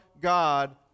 God